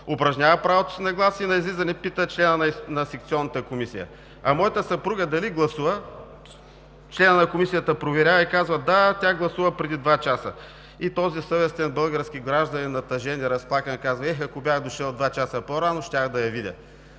упражнява правото си на глас и на излизане пита член на секционната комисия: „А моята съпруга дали гласува?“ Членът на комисията проверява и казва: „Да, тя гласува преди два часа.“ И този съвестен български гражданин натъжен и разплакан казва: „Ех, ако бях дошъл два часа по-рано, щях да я видя.“